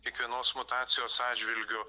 kiekvienos mutacijos atžvilgiu